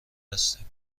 هستیم